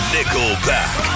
Nickelback